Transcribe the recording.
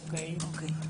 אוקיי.